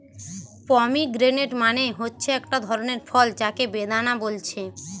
pomegranate মানে হচ্ছে একটা ধরণের ফল যাকে বেদানা বলছে